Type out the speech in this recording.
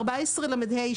בסעיף 14 לה,